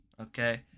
Okay